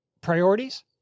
priorities